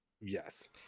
Yes